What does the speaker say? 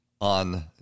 on